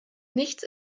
nichts